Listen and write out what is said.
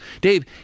Dave